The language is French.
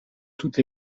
toutes